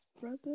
brother